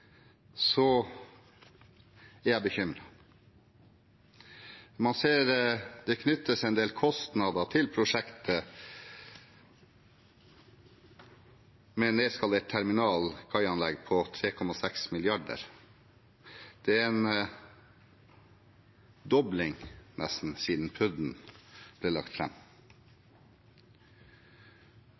er jeg bekymret. Man ser at det knyttes en del kostnader til prosjektet med nedskalert terminalkaianlegg på 3,6 mrd. kr. Det er nesten en dobling siden PUD-en ble lagt